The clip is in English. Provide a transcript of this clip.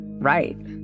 Right